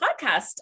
podcast